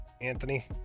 anthony